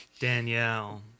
Danielle